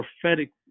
prophetic